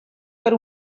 per